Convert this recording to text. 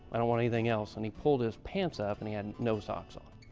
i don't want anything else. and he pulled his pants up, and he had no socks on.